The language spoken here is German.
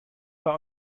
war